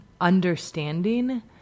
understanding